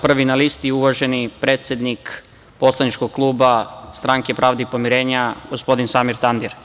Prvi na listi je uvaženi predsednik poslaničkog kluba Stranke pravde i pomirenja, gospodin Samir Tandir.